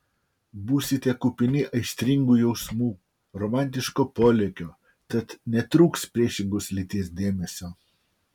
būsite kupini aistringų jausmų romantiško polėkio tad netrūks priešingos lyties dėmesio